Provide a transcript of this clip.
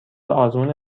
آزمون